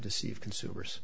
deceive consumers